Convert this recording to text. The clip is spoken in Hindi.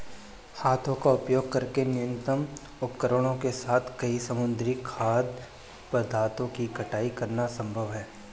हाथों का उपयोग करके न्यूनतम उपकरणों के साथ कई समुद्री खाद्य पदार्थों की कटाई करना संभव है